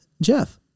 Jeff